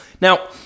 Now